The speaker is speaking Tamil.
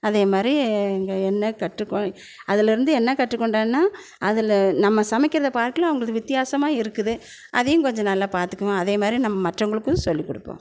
அதே மாதிரி இங்கே என்ன கற்றுக் கொள் அதுலருந்து என்ன கற்றுக் கொண்டேன்னா அதில் நம்ம சமைக்கிறதை பார்க்கையில அவங்களுது வித்தியாசமாக இருக்குது அதையும் கொஞ்சம் நல்லா பார்த்துக்குவேன் அதே மாதிரி நம்ம மற்றவங்களுக்கும் சொல்லி கொடுப்போம்